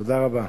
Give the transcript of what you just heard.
תודה רבה.